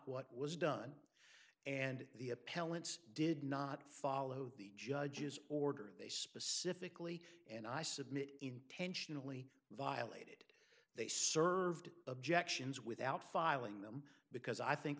what was done and the appellant did not follow the judge's order they specifically and i submit intentionally violated they served objections without filing them because i think